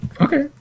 Okay